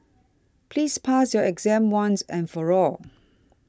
please pass your exam once and for all